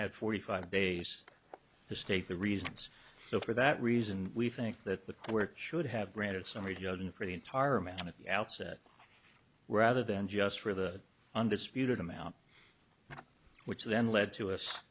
had forty five bass to state the reasons for that reason we think that the court should have granted some radioed in for the entire amount at the outset rather than just for the undisputed amount which then led to us